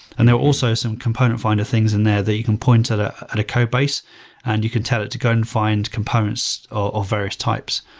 and there are also some component finder things in there that you can point at ah at a codebase and you can tell it to go and find components of various types.